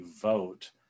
vote